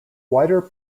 wider